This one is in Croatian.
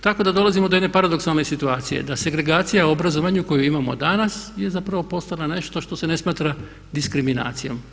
Tako da dolazimo do jedne paradoksalne situacije, da segregacija u obrazovanju koju imamo danas je zapravo postala nešto što se ne smatra diskriminacijom.